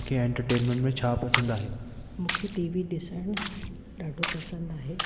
तव्हांखे एंटरटेनमेंट में छा पसंदि आहे मूंखे टीवी ॾिसणु ॾाढो पसंदि आहे